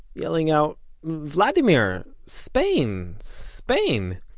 yelled out vladimir spain! spain!